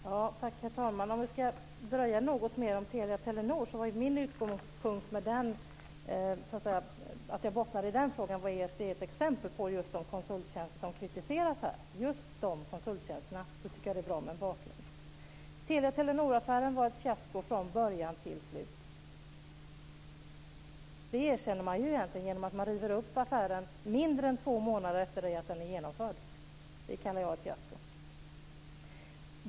Herr talman! För att dröja kvar vid affären Telia Telenor var det bara ett exempel på de konsulttjänster som har kritiserats. Telia-Telenor-affären var ett fiasko från början till slut. Det erkänner man genom att man river upp affären mindre än två månader efter det att den är genomförd. Det kallar jag ett fiasko.